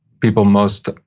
people most,